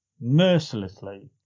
mercilessly